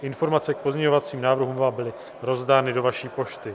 Informace k pozměňovacím návrhům vám byly rozdány do vaší pošty.